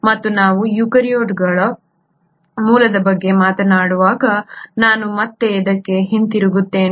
ಮತ್ತು ನಾವು ಯುಕ್ಯಾರಿಯೋಟ್ಗಳ ಮೂಲದ ಬಗ್ಗೆ ಮಾತನಾಡುವಾಗ ನಾನು ಮತ್ತೆ ಇದಕ್ಕೆ ಹಿಂತಿರುಗುತ್ತೇನೆ